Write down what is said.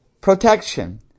protection